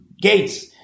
gates